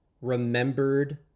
remembered